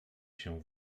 się